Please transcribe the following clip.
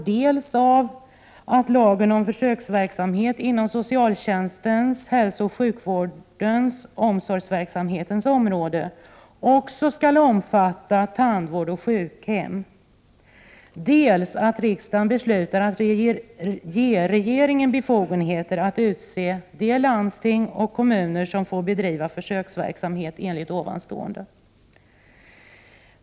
dels att lagen om försöksverksamhet inom socialtjänstens, hälsooch sjukvårdens samt omsorgsverksamhetens område också skall omfatta tandvård och driften av sjukhem, dels att riksdagen beslutar att ge regeringen befogenhet att utse de landsting och de kommuner som skall få bedriva försöksverksamhet i enlighet med vad som anförts.